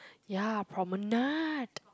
ya Promenade